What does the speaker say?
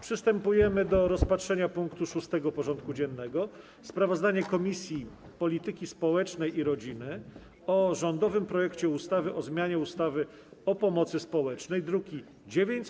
Przystępujemy do rozpatrzenia punktu 6. porządku dziennego: Sprawozdanie Komisji Polityki Społecznej i Rodziny o rządowym projekcie ustawy o zmianie ustawy o pomocy społecznej (druki nr